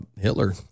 Hitler